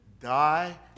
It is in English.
Die